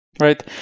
Right